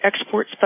export